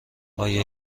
آیا